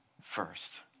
first